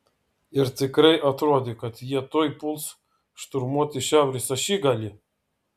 ir tikrai atrodė kad jie tuoj puls šturmuoti šiaurės ašigalį